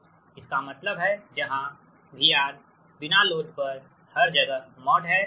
100 इसका मतलब है जहां VRNL हर जगह मॉड है